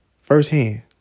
firsthand